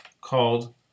called